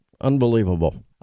Unbelievable